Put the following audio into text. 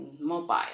mobile